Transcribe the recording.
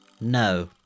No